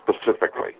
specifically